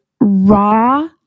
raw